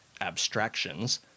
abstractions